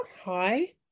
Hi